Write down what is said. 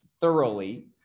thoroughly